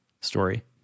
story